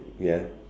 ya